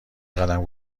قدم